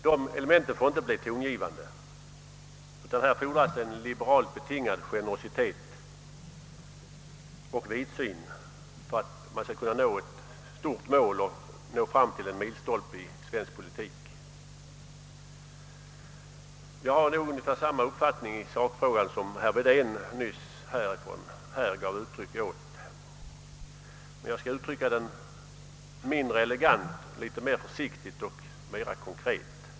Dessa element får inte bli tongivande, utan det fordras en liberalt betingad generositet och en vidsyn för att man skall kunna nå ett stort mål och nå en milstolpe i svensk politik. Jag har nog ungefär samma uppfattning i sakfrågan som den herr Wedén nyss gav uttryck åt, men jag skall uttrycka den mindre elegant, något mera försiktigt och mera konkret.